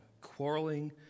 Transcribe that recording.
quarreling